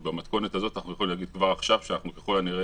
ובמתכונת הזאת אנחנו יכולים להגיד כבר עכשיו שאנחנו ככל הנראה